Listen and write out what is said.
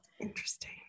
interesting